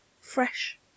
fresh